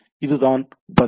எனவே இதுதான் பதில்